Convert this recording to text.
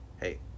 hey